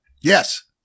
Yes